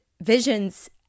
visions